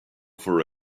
for